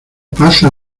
pasa